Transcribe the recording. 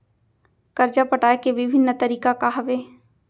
करजा पटाए के विभिन्न तरीका का हवे?